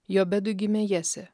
jobedui gimė jesė